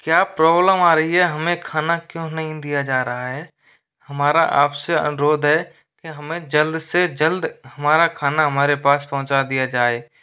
क्या प्रॉब्लम आ रही है हमें खाना क्यों नहीं दिया जा रहा है हमारा आपसे अनुरोध है कि हमें जल्द से जल्द हमारा खाना हमारे पास पहुंचा दिया जाए